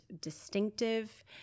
distinctive